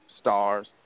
stars